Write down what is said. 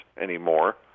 anymore